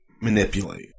manipulate